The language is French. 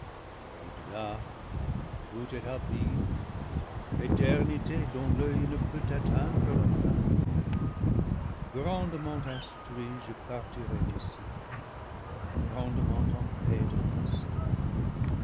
abîme éternité dont l'oeil ne peut atteindre la fin grandement instruit je partirai d'ici grandement en paix de pensée